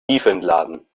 tiefentladen